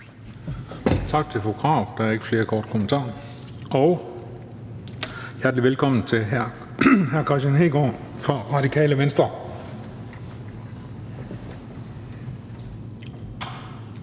Marie Krarup. Der er ikke flere korte bemærkninger, og hjertelig velkommen til hr. Kristian Hegaard fra Radikale Venstre.